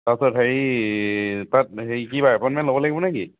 তাৰপাছত হেৰি তাত হেৰি কিবা এপইণ্টমেণ্ট ল'ব লাগিব নে কি